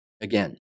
Again